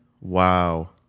Wow